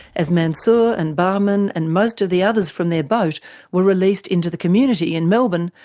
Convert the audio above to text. as mansour and bahman and most of the others from their boat were released into the community in melbourne,